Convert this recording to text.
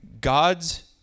God's